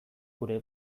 gure